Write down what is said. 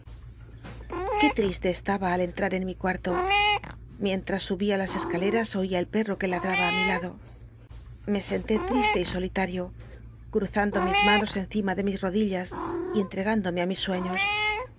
qué lrislc estaba al entrar en mi cuarto lfientras subia las esc lcms oia al perro que lad raba ü mi lado le senlé tl'istc y solitario cl'tlzando mis manos encima de mis odillas y entregándome ü mis sueños